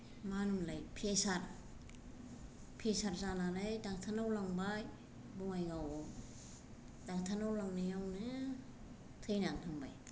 मा होनोमोनलाय pressure pressure जानानै दाक्टारनाव लांबाय बङाइगावआव दाक्टारनाव लांनायावनो थैनानै थांबाय